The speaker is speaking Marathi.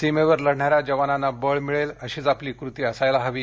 सीमेवर लढणाऱ्या जवानांना बळ मिळेल अशीच आपली कृती असायला हवी